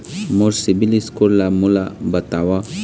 मोर CIBIL score ला मोला बताव?